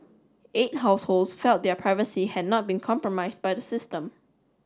eight households felt their privacy had not been compromised by the system